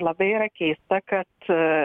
labai yra keista kad